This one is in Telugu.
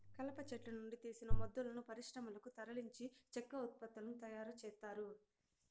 కలప చెట్ల నుండి తీసిన మొద్దులను పరిశ్రమలకు తరలించి చెక్క ఉత్పత్తులను తయారు చేత్తారు